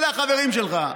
אלה החברים שלך.